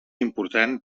important